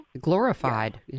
Glorified